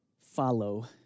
follow